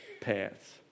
paths